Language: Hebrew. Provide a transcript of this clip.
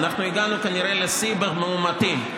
אנחנו הגענו כנראה לשיא במאומתים,